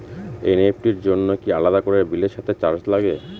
NEFT র জন্য কি আলাদা করে বিলের সাথে চার্জ লাগে?